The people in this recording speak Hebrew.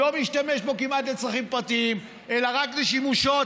לא משתמש בו כמעט לצרכים פרטיים אלא רק לשימושו האישי,